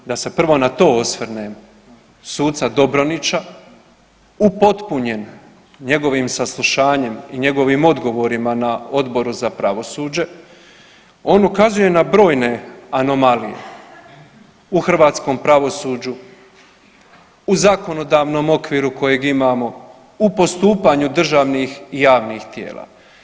Program, da se prvo na to osvrnem suca Dobronića upotpunjen njegovim saslušanjem i njegovim odgovorima na Odboru za pravosuđe on ukazuje na brojne anomalije u hrvatskom pravosuđu, u zakonodavnom okviru kojeg imamo, u postupanju državnih i javnih tijela.